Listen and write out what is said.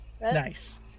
Nice